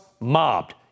mobbed